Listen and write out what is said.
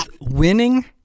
winning